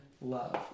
love